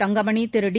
Thangamani Thiru D